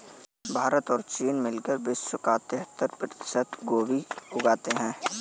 भारत और चीन मिलकर विश्व का तिहत्तर प्रतिशत गोभी उगाते हैं